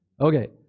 Okay